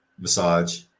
massage